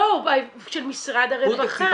לא, של משרד הרווחה.